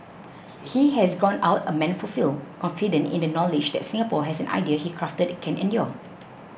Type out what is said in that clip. he has gone out a man fulfilled confident in the knowledge that Singapore as an idea he crafted can endure